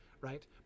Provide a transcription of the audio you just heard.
right